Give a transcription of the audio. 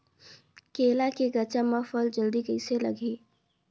केला के गचा मां फल जल्दी कइसे लगही?